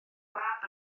mab